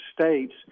states